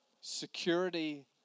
Security